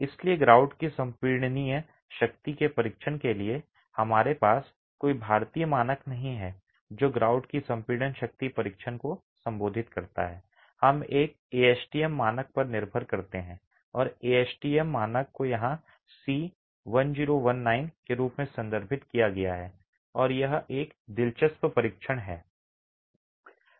इसलिए ग्राउट की संपीडनीय शक्ति के परीक्षण के लिए हमारे पास कोई भारतीय मानक नहीं है जो ग्राउट की संपीडन शक्ति परीक्षण को संबोधित करता है हम एक एएसटीएम मानक पर निर्भर करते हैं और एएसटीएम मानक को यहां C1019 के रूप में संदर्भित किया गया है और यह एक दिलचस्प परीक्षण है